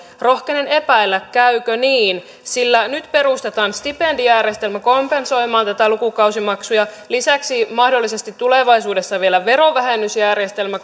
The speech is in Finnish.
rohkenen epäillä käykö niin sillä nyt perustetaan stipendijärjestelmä kompensoimaan näitä lukukausimaksuja lisäksi mahdollisesti tulevaisuudessa vielä verovähennysjärjestelmä